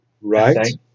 right